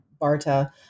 Barta